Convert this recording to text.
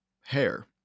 hair